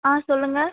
ஆ சொல்லுங்கள்